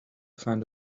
find